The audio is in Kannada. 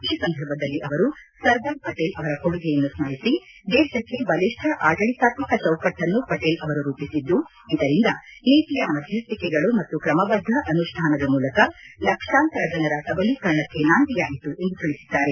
ಈ ಸಂದರ್ಭದಲ್ಲಿ ಅವರು ಸರ್ದಾರ್ ಪಟೇಲ್ ಅವರ ಕೊಡುಗೆಯನ್ನು ಸ್ದರಿಸಿ ದೇಶಕ್ಕೆ ಬಲಿಷ್ಠ ಆಡಳಿತಾತ್ಕಕ ಚೌಕಟ್ಟನ್ನು ಪಟೇಲ್ ಅವರು ರೂಪಿಸಿದ್ದು ಇದರಿಂದ ನೀತಿಯ ಮಧ್ಯಸ್ಥಿಕೆಗಳು ಮತ್ತು ಕ್ರಮಬದ್ದ ಅನುಷ್ಠಾನದ ಮೂಲಕ ಲಕ್ಷಾಂತರ ಜನರ ಸಬಲೀಕರಣಕ್ಕೆ ನಾಂದಿಯಾಯಿತು ಎಂದು ತಿಳಿಸಿದ್ದಾರೆ